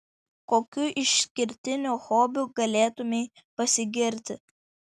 kokiu išskirtiniu hobiu galėtumei pasigirti